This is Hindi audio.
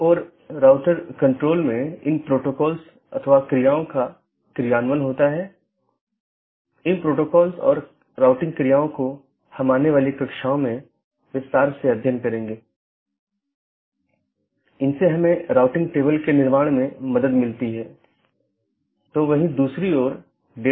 इसका मतलब है कि यह एक प्रशासनिक नियंत्रण में है जैसे आईआईटी खड़गपुर का ऑटॉनमस सिस्टम एक एकल प्रबंधन द्वारा प्रशासित किया जाता है यह एक ऑटॉनमस सिस्टम हो सकती है जिसे आईआईटी खड़गपुर सेल द्वारा प्रबंधित किया जाता है